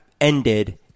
ended